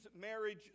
marriage